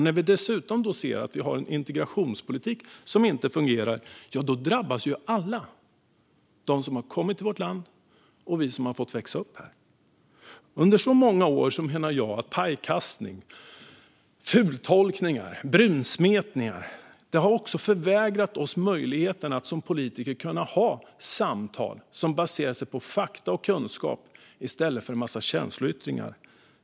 När vi dessutom ser att vi har en integrationspolitik som inte fungerar drabbas ju alla - de som har kommit till vårt land och vi som har fått växa upp här. Jag menar att pajkastning, fultolkningar och brunsmetning under många år har förvägrat oss möjligheten att som politiker ha samtal som baserar sig på fakta och kunskap i stället för en massa känsloyttringar.